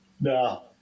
No